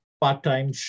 part-time